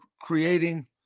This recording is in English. creating